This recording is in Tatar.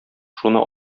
шуны